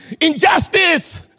injustice